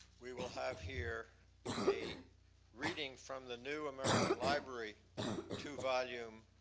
we will have here a reading from the new american library two-volume